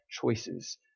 choices